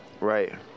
Right